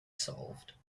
solved